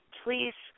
please